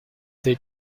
they